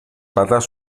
patas